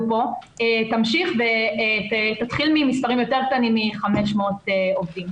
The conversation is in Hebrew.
כאן תמשיך ותתחיל ממספרים יותר קטנים מ-500 עובדים.